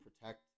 protect